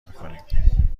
میکنیم